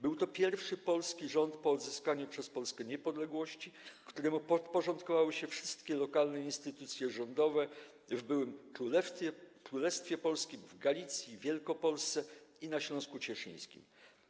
Był to pierwszy polski rząd po odzyskaniu przez Polskę niepodległości, któremu podporządkowały się wszystkie lokalne instytucje rządowe w byłym Królestwie Polskim, w Galicji, Wielkopolsce i na Śląsku Cieszyńskim.